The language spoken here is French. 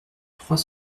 trois